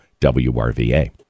WRVA